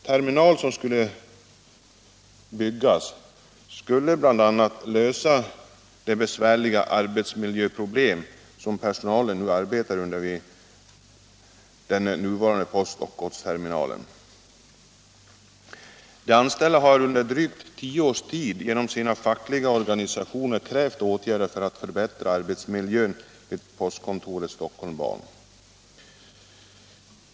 Terminalen skulle bl.a. kunna lösa de besvärliga arbetsmiljöproblem som personalen har vid den nuvarande postoch godsterminalen. De anställda har under drygt tio års tid genom sina fackliga organisationer krävt åtgärder för att förbättra arbetsmiljön vid postkontoret Stockholm Ban.